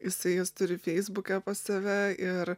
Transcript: jisai jas turi feisbuke pas save ir